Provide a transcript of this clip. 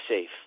safe